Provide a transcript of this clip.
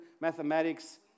mathematics